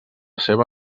seva